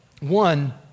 One